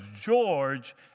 George